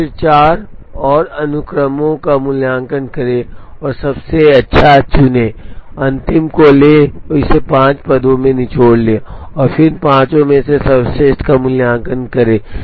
तो फिर चार और अनुक्रमों का मूल्यांकन करें और सबसे अच्छा चुनें और अंतिम को लें और इसे पाँच पदों में निचोड़ लें और फिर इन पाँचों में से सर्वश्रेष्ठ का मूल्यांकन करें